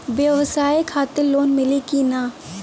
ब्यवसाय खातिर लोन मिली कि ना?